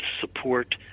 support